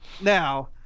Now